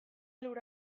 lur